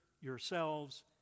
yourselves